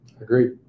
Agreed